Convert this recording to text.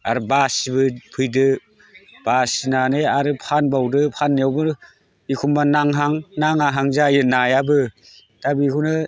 आरो बासि फैदो बासिनानै आरो फानबावदो आरो फाननायावबो एखमब्ला नांहां नाङाहां जायो नायाबो दा बेखौनो